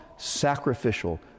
sacrificial